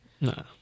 No